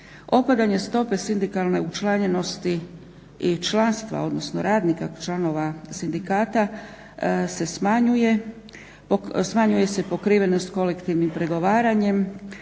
Opadanje stope sindikalne učlanjenosti i članstva, odnosno radnika članova sindikata se smanjuje, smanjuje se pokrivenost kolektivnim pregovaranjem,